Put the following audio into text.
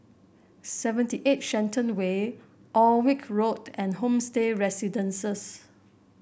seventy eight Shenton Way Alnwick Road and Homestay Residences